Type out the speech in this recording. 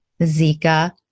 Zika